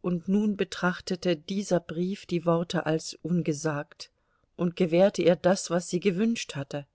und nun betrachtete dieser brief die worte als ungesagt und gewährte ihr das was sie gewünscht hatte